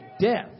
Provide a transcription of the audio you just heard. death